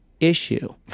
issue